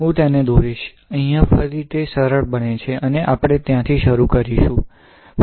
હું તેને દોરીશ અહીં ફરી તે સરળ બને છે અને આપણે ત્યાંથી શરૂ કરીશું